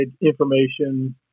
information